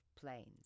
planes